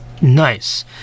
Nice